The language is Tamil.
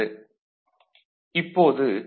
Vout VCE IC VCC - VCERC 5 0